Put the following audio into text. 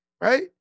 right